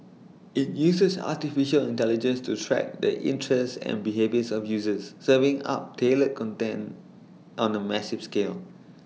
IT uses Artificial Intelligence to track the interests and behaviour of users serving up tailored content on A massive scale